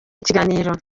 ikiganiro